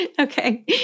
Okay